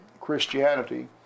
Christianity